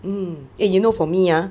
mmhmm you know for me ah